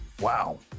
Wow